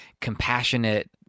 compassionate